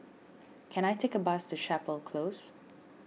can I take a bus to Chapel Close